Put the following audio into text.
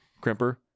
crimper